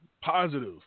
positive